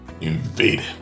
invade